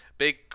big